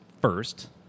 first